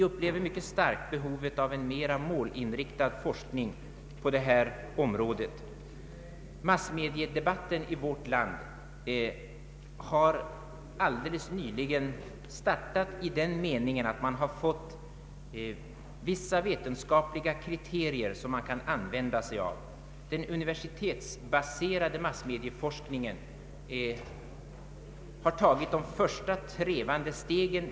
Vi upplever mycket starkt behovet av en mera målinriktad forskning på detta område. Den universitetsbaserade massmediaforskningen har tagit de första trevande stegen.